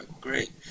great